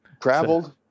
Traveled